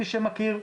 מי שמכיר,